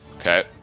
Okay